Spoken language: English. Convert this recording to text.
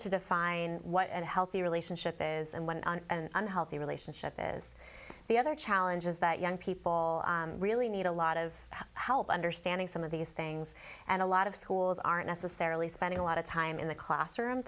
to define what a healthy relationship is and when an unhealthy relationship is the other challenges that young people really need a lot of help understanding some of these things and a lot of schools aren't necessarily spending a lot of time in the classroom